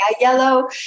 Yellow